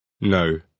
No